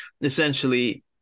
essentially